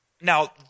Now